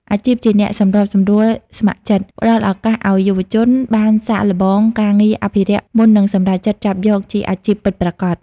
អាជីពជាអ្នកសម្របសម្រួលស្ម័គ្រចិត្ត ផ្តល់ឱកាសឱ្យយុវជនបានសាកល្បងការងារអភិរក្សមុននឹងសម្រេចចិត្តចាប់យកជាអាជីពពិតប្រាកដ។